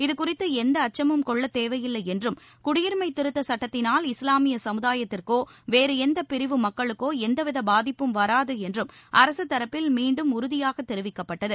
இதுகுறித்து எந்த அச்சமும் கொள்ளத் தேவையில்லை என்றும் குடியுரிமை திருத்தச் சுட்டத்தினால் இஸ்லாமிய சமுதாயத்திற்கோ வேறு எந்தப்பிரிவு மக்களுக்கோ எந்தவித பாதிப்பும் வராது என்றும் அரசு தரப்பில் மீண்டும் உறுதியாக தெரிவிக்கப்பட்டது